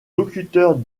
locuteurs